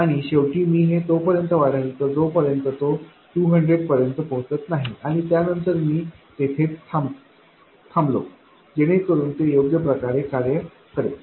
आणि शेवटी मी हे तोपर्यंत वाढवितो जोपर्यंत तो 200 पर्यंत पोहोचत नाही आणि त्यानंतर मी तिथेच थांबलो जेणेकरून ते योग्य प्रकारे कार्य करेल